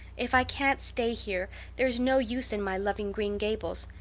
if i can't stay here there is no use in my loving green gables.